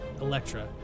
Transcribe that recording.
Electra